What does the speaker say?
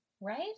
right